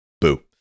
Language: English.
Boo